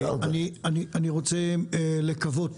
אני רוצה לקוות